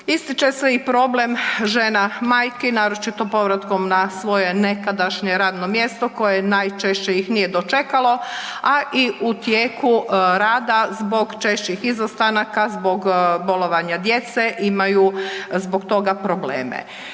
Ističe se i problem žena majki, naročito povratkom na svoje nekadašnje radno mjesto koje najčešće ih nije dočekalo, a i u tijeku rada zbog češćih izostanaka zbog bolovanja djece imaju zbog toga probleme.